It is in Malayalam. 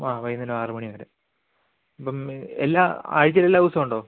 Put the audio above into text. ആ വൈകുന്നേരം ആറ് മണി വരെ അപ്പം എല്ലാ ആഴ്ചയില് എല്ലാ ദിവസവും ഉണ്ടോ